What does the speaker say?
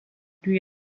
lui